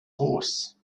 horse